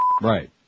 Right